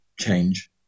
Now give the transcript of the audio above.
change